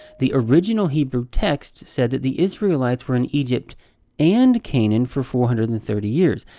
the original hebrew text said that the israelites were in egypt and canaan for four hundred and thirty years.